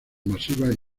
masivas